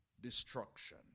Destruction